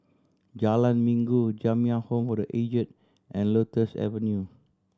Jalan Minggu Jamiyah Home for The Aged and Lotus Avenue